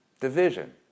Division